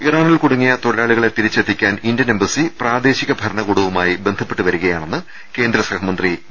ഇറാനിൽ കുടുങ്ങിയ തൊഴിലാളികളെ തിരിച്ചെത്തിക്കാൻ ഇന്ത്യൻ എംബസി പ്രാദേ ശിക ഭരണകൂടവുമായി ബന്ധപ്പെട്ടുവരികയാണെന്ന് കേന്ദ്ര സഹമന്ത്രി വി